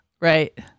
Right